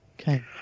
Okay